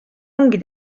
ongi